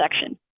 section